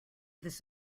this